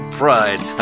pride